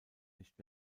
nicht